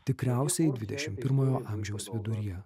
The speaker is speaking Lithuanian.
tikriausiai dvidešimt pirmojo amžiaus viduryje